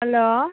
hello